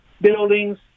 buildings